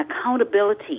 accountability